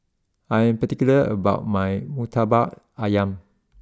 I am particular about my Murtabak Ayam